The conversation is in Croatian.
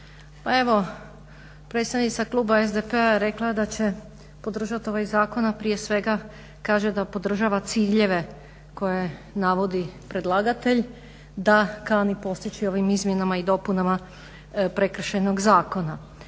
Pa evo predstavnica kluba SDP-a je rekla da će podržati ovaj zakon a prije svega kaže da podržava ciljeve koje navodi predlagatelj da kani postići ovim izmjenama i dopunama Prekršajnog zakona.